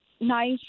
nice